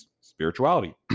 spirituality